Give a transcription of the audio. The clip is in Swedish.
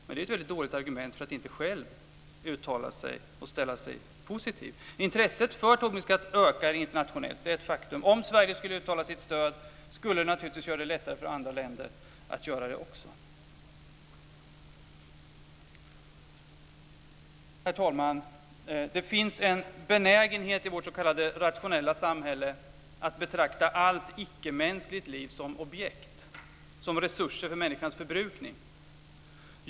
Det är ett väldigt dåligt argument för att inte själv uttala sig och ställa sig positiv. Det är ett faktum att intresset för Tobinskatten ökar internationellt. Om Sverige skulle uttala sitt stöd skulle det naturligtvis bli lättare också för andra länder att göra det. Herr talman! Det finns en benägenhet i vårt s.k. rationella samhälle att betrakta allt icke-mänskligt liv som objekt, som resurser för människans förbrukning.